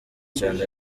cyane